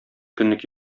көнлек